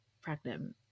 pregnant